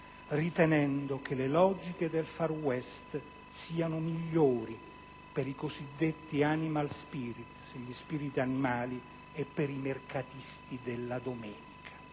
ritenendo che le logiche del *Far West* siano migliori per i cosiddetti *animal spirits*, gli spiriti animali, e per i mercatisti della domenica.